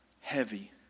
heavy